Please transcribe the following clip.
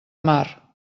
mar